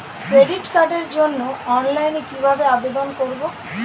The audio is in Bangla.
ক্রেডিট কার্ডের জন্য অনলাইনে কিভাবে আবেদন করব?